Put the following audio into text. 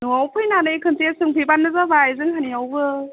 न'आव फैनानै खोनसे सोंफैब्लानो जाबाय जोंहानियावबो